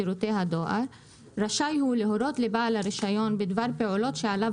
שירותי הדואר רשאי הוא להורות לבעל הרישיון בדבר פעולות שעליו